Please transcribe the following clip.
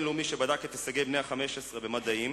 את הישגי בני ה-15 במדעים,